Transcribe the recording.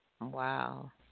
Wow